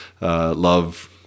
love